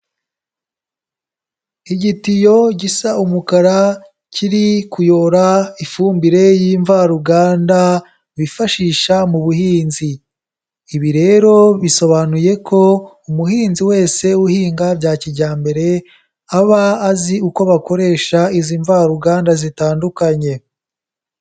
Igitiyo gisa umukara kiri kuyora ifumbire y'imvaruganda bifashisha mu buhinzi, ibi rero bisobanuye ko umuhinzi wese uhinga bya kijyambere aba azi uko bakoresha izi mvaruganda zitandukanye.